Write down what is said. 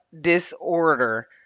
disorder